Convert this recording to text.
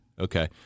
Okay